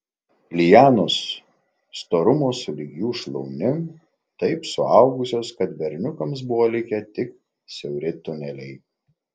lianos storumo sulig jų šlaunim taip suaugusios kad berniukams buvo likę tik siauri tuneliai